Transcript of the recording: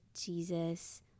Jesus